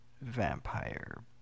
vampire